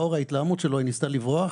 לאור ההתלהמות שלו היא ניסתה לברוח.